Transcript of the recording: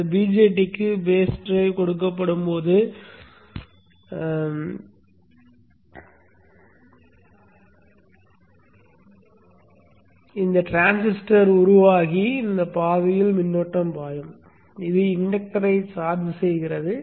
இந்த BJTக்கு base drive கொடுக்கப்படும் போது இந்த டிரான்சிஸ்டர் உருவாகி இந்த பாதையில் மின்னோட்டம் பாயும் இது இண்டக்டர் ஐ சார்ஜ் செய்கிறது